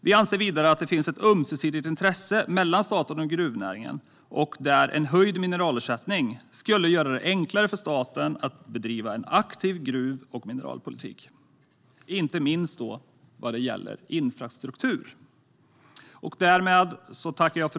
Vi anser vidare att det finns ett ömsesidigt intresse mellan staten och gruvnäringen, och en höjd mineralersättning skulle göra det enklare för staten att bedriva en aktiv gruv och mineralpolitik, inte minst när det gäller infrastruktur.